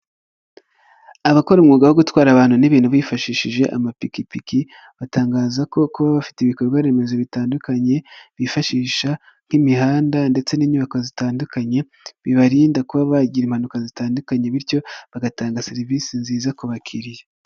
Abakora umwuga wo gutwara abantu n'ibintu bifashishije amapikipiki, batangaza ko kuba bafite ibikorwaremezo bitandukanye, bifashisha nk'imihanda ndetse n'inyubako zitandukanye; bibarinda kuba bagira impanuka zitandukanye bityo bagatanga serivisi nziza ku bakiriya.